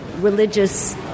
religious